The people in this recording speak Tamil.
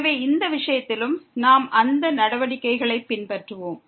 எனவே இந்த விஷயத்திலும் நாம் அந்த நடவடிக்கைகளைப் பின்பற்றுவோம்